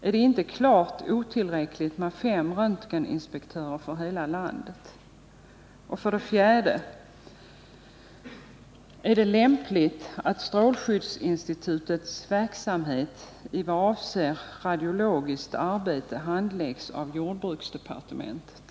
Är det inte klart otillräckligt med fem röntgeninspektörer för hela landet? 4. Är det lämpligt att strålskyddsinstitutets verksamhet i vad avser radiologiskt arbete handläggs av jordbruksdepartementet?